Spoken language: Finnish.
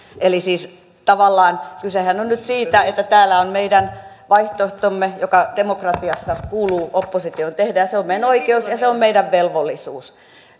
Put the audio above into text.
eli siis kysehän on nyt siitä että täällä on meidän vaihtoehtomme joka demokratiassa kuuluu opposition tehdä se on meidän oikeutemme ja se on meidän velvollisuutemme